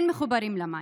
כן מחוברים למים.